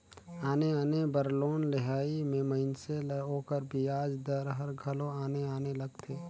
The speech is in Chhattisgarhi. आने आने बर लोन लेहई में मइनसे ल ओकर बियाज दर हर घलो आने आने लगथे